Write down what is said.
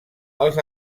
els